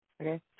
Okay